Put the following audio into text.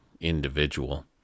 individual